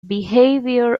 behavior